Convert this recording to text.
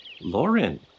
Lauren